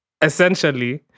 essentially